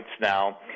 now